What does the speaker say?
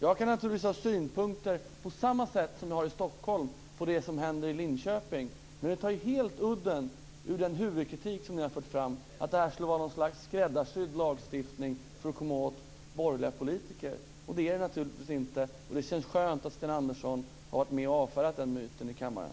Jag kan naturligtvis ha synpunkter på det som händer i Linköping på samma sätt som jag har synpunkter på det som händer i Stockholm. Men det Sten Andersson säger tar helt udden av den huvudkritik som ni har fört fram. Ni menar att detta skulle vara en skräddarsydd lagstiftning för att komma åt borgerliga politiker. Det är det naturligtvis inte. Det känns skönt att Sten Andersson har varit med och avfärdat den myten i kammaren.